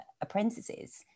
apprentices